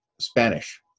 Spanish